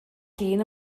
llun